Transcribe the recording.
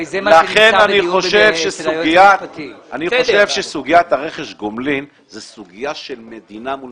לכן אני חושב שסוגיית רכש הגומלין היא סוגיה של מדינה מול